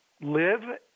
live